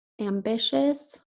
ambitious